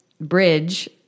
bridge